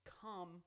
come